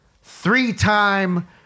three-time